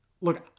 look